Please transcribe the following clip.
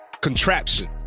contraption